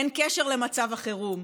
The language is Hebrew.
אין קשר למצב החירום.